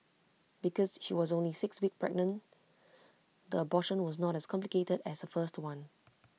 because she was only six weeks pregnant the abortion was not as complicated as her first one